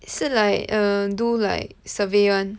是 like err do like survey [one]